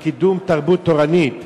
לקידום תרבות תורנית.